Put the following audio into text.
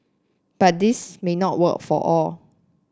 but this may not work for all